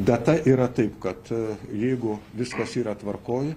data yra taip kad jeigu viskas yra tvarkoj